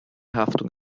haftung